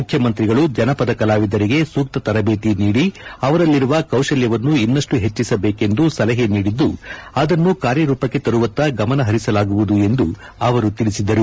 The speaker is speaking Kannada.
ಮುಖ್ಯಮಂತ್ರಿಗಳ ಜನಪದ ಕೆಲಾವಿದರಿಗೆ ಸೂಕ್ಷ ತರಬೇತಿ ನೀಡಿ ಅವರಲ್ಲಿರುವ ಕೌಶಲ್ಲವನ್ನು ಇನ್ನಷ್ಟು ಹೆಚ್ಚಸಬೇಕೆಂದು ಸಲಹೆ ನೀಡಿದ್ದು ಅದನ್ನು ಕಾರ್ಯರೂಪಕ್ಕೆ ತರುವತ್ತ ಗಮನ ಪರಿಸಲಾಗುವುದು ಎಂದು ಅವರು ತಿಳಿಬಿದರು